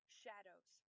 shadows